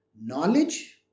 Knowledge